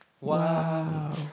Wow